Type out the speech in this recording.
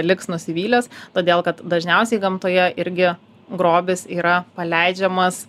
liks nusivylęs todėl kad dažniausiai gamtoje irgi grobis yra paleidžiamas